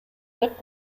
деп